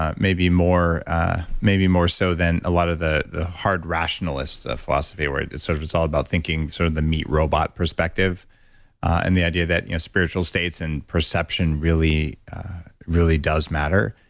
ah maybe more maybe more so than a lot of the the hard rationalist philosophy where it's sort of it's all about thinking sort of the meet robot perspective and the idea that you know spiritual states and perception really really does matter.